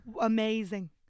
amazing